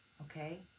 okay